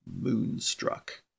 Moonstruck